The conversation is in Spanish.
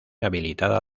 habilitada